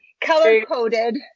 color-coded